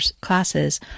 classes